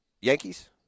Yankees